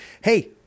Hey